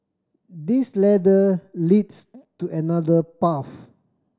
this ladder leads to another path